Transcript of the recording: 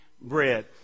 bread